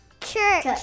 Church